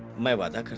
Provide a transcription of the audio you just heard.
my body.